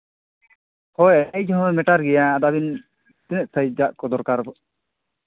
ᱦᱳᱭ ᱦᱮᱡᱽ ᱦᱚᱸ ᱢᱮᱴᱟᱨ ᱜᱮᱭᱟ ᱟᱫᱚ ᱟᱹᱵᱤᱱ ᱛᱤᱱᱟᱹᱜ ᱥᱟᱭᱤᱡᱽ ᱟᱜ ᱠᱚ ᱫᱚᱨᱠᱟᱨᱚᱜ